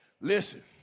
listen